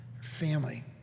Family